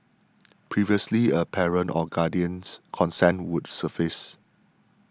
previously a parent or guardian's consent would suffice